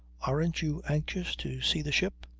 aren't you anxious to see the ship?